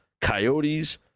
Coyotes